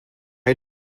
had